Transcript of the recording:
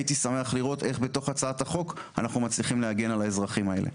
אשמח לראות איך בתוך הצעת החוק אנחנו מצליחים להגן על האזרחים האלה.